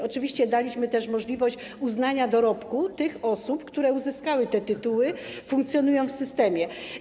Oczywiście daliśmy też możliwość uznania dorobku tych osób, które uzyskały te tytuły, funkcjonują w systemie.